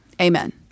Amen